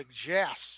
suggests